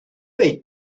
they